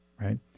Right